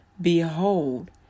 behold